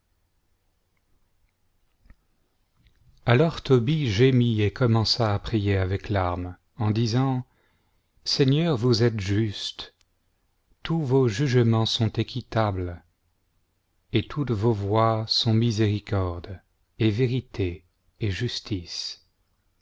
alors tobie gémît et commença è prier avec larmes en disant seigneur vous êtes juste tons vos jugements sont équitables et tontes vos voies sont miséricorde et vérité et justice